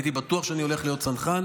הייתי בטוח שאני הולך להיות צנחן,